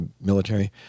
military